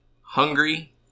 hungry